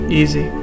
easy